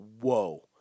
whoa